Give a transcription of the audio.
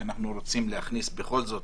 שאנחנו רוצים להכניס בכל זאת